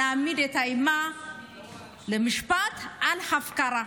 נעמיד את האימא למשפט על הפקרה.